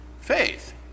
faith